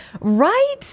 right